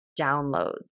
downloads